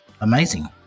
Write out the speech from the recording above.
amazing